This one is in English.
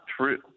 true